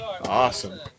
awesome